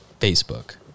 Facebook